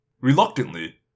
reluctantly